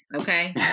okay